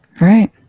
right